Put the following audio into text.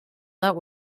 that